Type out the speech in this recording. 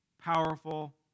powerful